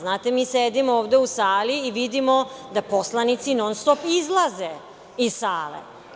Znate, mi sedimo ovde u sali i vidimo da poslanici non stop izlaze iz sale.